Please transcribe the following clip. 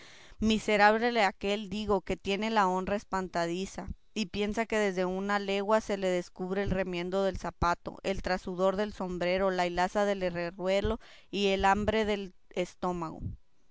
miserable de aquel digo que tiene la honra espantadiza y piensa que desde una legua se le descubre el remiendo del zapato el trasudor del sombrero la hilaza del herreruelo y la hambre de su estómago